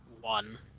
one